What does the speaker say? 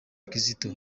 kizito